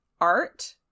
art